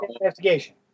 investigation